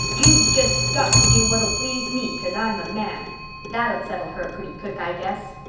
you've just got to do what'll please me cause i'm a man that'd settle her pretty quick i guess.